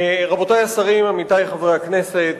רבותי השרים, עמיתי חברי הכנסת,